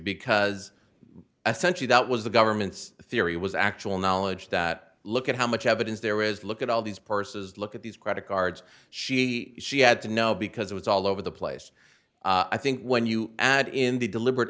because essentially that was the government's theory was actual knowledge that look at how much evidence there is look at all these purses look at these credit cards she she had to know because it was all over the place i think when you add in the deliber